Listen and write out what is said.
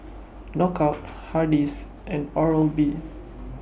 Knockout Hardy's and Oral B